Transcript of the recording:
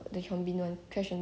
he's so handsome